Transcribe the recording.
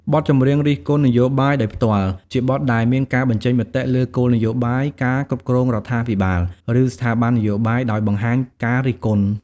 បទចម្រៀងរិះគន់នយោបាយដោយផ្ទាល់ ជាបទដែលមានការបញ្ចេញមតិលើគោលនយោបាយ ការគ្រប់គ្រងរដ្ឋាភិបាល ឬស្ថាប័ននយោបាយ ដោយបង្ហាញការរិះគន់។